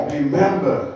remember